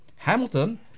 Hamilton